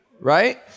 right